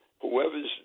Whoever's